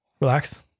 relax